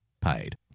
paid